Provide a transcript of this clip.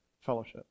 fellowship